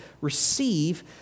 receive